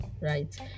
right